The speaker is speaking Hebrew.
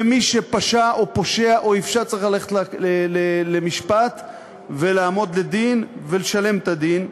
ומי שפשע או פושע או יפשע צריך ללכת למשפט ולעמוד לדין ולשלם את הדין.